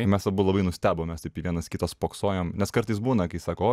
mes abu labai nustebom mes taip į vienas kitą spoksojom nes kartais būna kai sako o